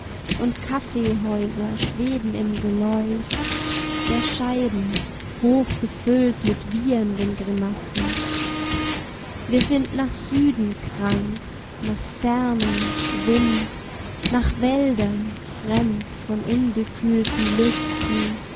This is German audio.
und kaffeehäuser schweben im geleucht der scheiben hoch gefüllt mit wiehernden grimassen wir sind nach süden krank nach fernen wind nach wäldern fremd von ungekühlten lüsten